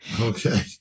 Okay